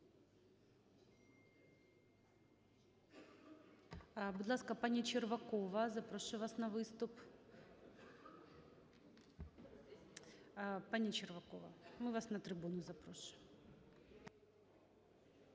Будь ласка, пані Червакова, запрошую вас на виступ. Пані Червакова, ми вас на трибуну запрошуємо.